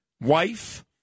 wife